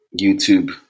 YouTube